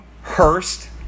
Hurst